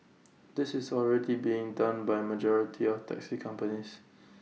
this is already being done by majority of taxi companies